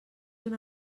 una